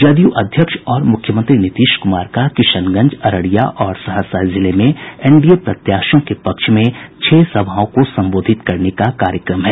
जदयू अध्यक्ष और मुख्यमंत्री नीतीश कुमार का किशनगंज अररिया और सहरसा जिले में एनडीए प्रत्याशियों के पक्ष में छह सभाओं को संबोधित करने का कार्यक्रम है